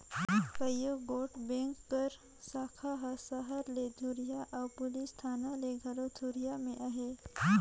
कइयो गोट बेंक कर साखा हर सहर ले दुरिहां अउ पुलिस थाना ले घलो दुरिहां में अहे